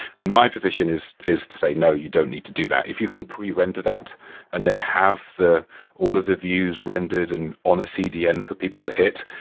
and my position is is to say, no. you don't need to do that. if you can pre-render that and then have all of the views rendered and on a cdn for people to hit,